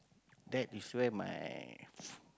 that is where my